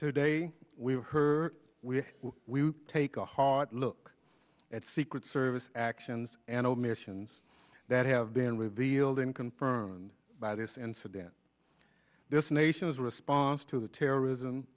today we are hurt we will take a hard look at secret service actions and omissions that have been revealed and confirmed by this incident this nation's response to the terrorism